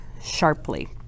sharply